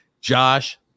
Josh